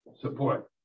support